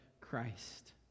Christ